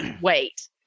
Wait